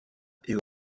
est